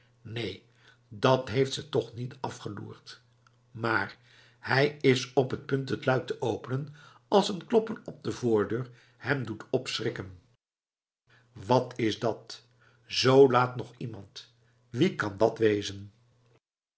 neen dat heeft ze toch niet afgeloerd maar hij is op t punt het luik te openen als een kloppen op de voordeur hem doet opschrikken wat is dat zoo laat nog iemand wie kan dat wezen